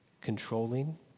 controlling